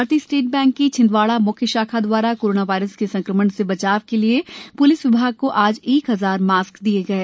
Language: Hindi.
भारतीय स्टेट बैंक की छिन्दवाड़ा मुख्य शाखा दवारा कोरोना वायरस के संक्रमण से बचाव के लिये प्लिस विभाग को आज एक हजार मास्क प्रदाय किये गये